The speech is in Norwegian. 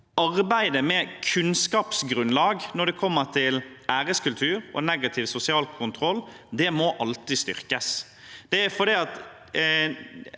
arbeidet med kunnskapsgrunnlag når det gjelder æreskultur og negativ sosial kontroll, alltid må styrkes.